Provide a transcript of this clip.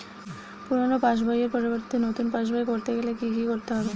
পুরানো পাশবইয়ের পরিবর্তে নতুন পাশবই ক রতে গেলে কি কি করতে হবে?